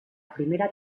primera